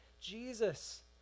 Jesus